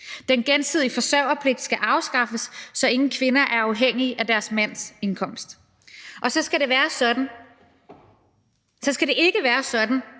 Den gensidige forsørgerpligt skal afskaffes, så ingen kvinder er afhængige af deres mands indkomst. Og så skal det ikke være sådan,